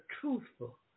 Truthful